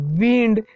wind